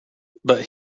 but